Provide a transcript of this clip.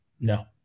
no